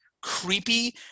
creepy